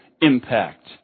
impact